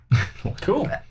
cool